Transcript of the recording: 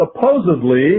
Supposedly